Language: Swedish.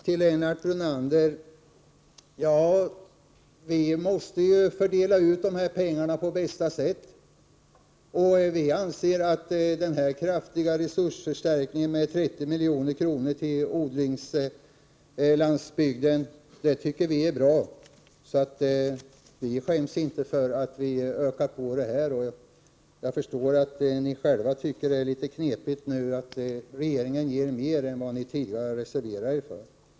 Till Lennart Brunander vill jag säga att vi måste fördela pengarna på bästa sätt. Vi anser att det är bra med en kraftig resursförstärkning med 30 milj.kr. till odlingslandsbygden. Vi skäms inte för att vi ökar på det anslaget. Men jag förstår att ni tycker att det är knepigt att regeringen nu ger mer än ni tidigare har reserverat er för.